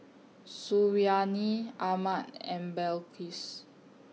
Suriani Ahmad and Balqis